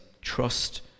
Trust